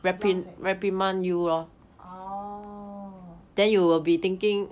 orh